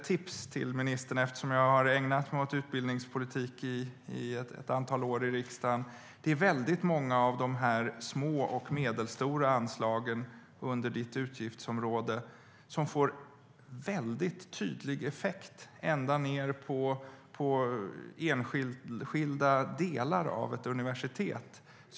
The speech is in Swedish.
Eftersom jag har ägnat mig åt utbildningspolitik i riksdagen i ett antal år kan jag ge ministern ett litet tips: Många av de små och medelstora anslagen under ministerns utgiftsområde får väldigt tydlig effekt ända ned på enskilda delar av ett universitet.